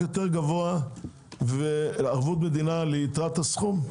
יותר גבוה וערבות מדינה ליתרת הסכום?